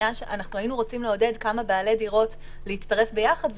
היינו רוצים לעודד כמה בעלי דירות להצטרף ביחד,